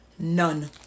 none